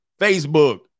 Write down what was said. Facebook